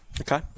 Okay